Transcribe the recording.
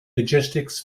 logistics